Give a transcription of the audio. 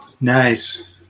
Nice